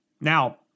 Now